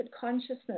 consciousness